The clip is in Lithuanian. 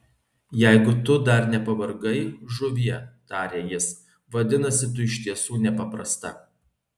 jeigu tu dar nepavargai žuvie tarė jis vadinasi tu iš tiesų nepaprasta